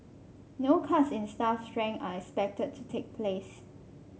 no cuts in staff strength are expected to take place